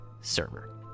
server